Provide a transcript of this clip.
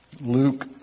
Luke